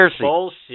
bullshit